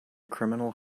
criminal